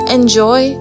enjoy